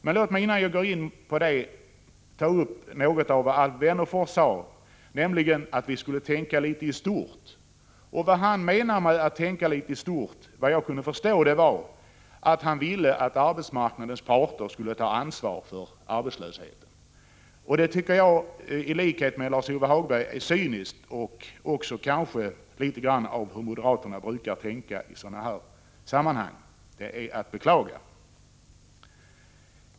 Men låt mig innan jag gör det beröra något som Alf Wennerfors sade, nämligen att vi skulle tänka litet i stort. Vad han menade med att tänka litet i stort var enligt vad jag kunde förstå att arbetsmarknadens parter skulle ta ansvar för arbetslösheten. Det tycker jag i likhet med Lars-Ove Hagberg är cyniskt och kanske också litet typiskt för hur moderaterna brukar tänka i sådana här sammanhang. Det är att beklaga.